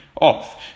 off